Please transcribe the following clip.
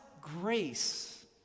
grace